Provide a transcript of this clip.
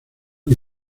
que